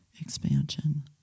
expansion